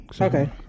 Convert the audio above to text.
Okay